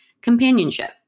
companionship